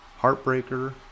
Heartbreaker